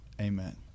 Amen